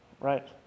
Right